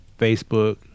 Facebook